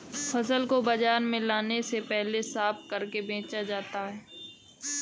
फसल को बाजार में लाने से पहले साफ करके बेचा जा सकता है?